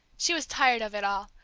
she was tired of it all,